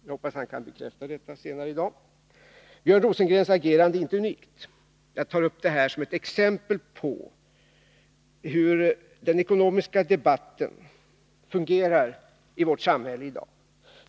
Jag hoppas att han kan bekräfta detta senare i dag. Björn Rosengrens agerande är inte unikt. Jag tar upp det såsom exempel på hur svensk ekonomisk debatt fungerar i dag.